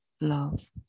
love